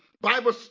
Bible